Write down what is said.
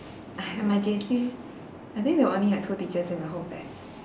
my J_C I think they only had two teachers in the whole batch